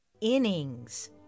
innings